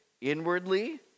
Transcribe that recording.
inwardly